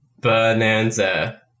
Bonanza